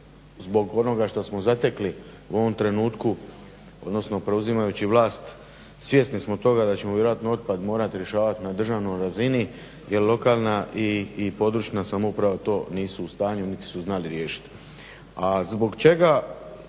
zbog onoga što smo zatekli u ovom trenutku, odnosno preuzimajući vlast, svjesni smo toga da ćemo vjerojatno otpad morati rješavati na državnoj razini jer lokalna i područna samouprava to nisu u stanju niti su znali riješiti.